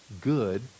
good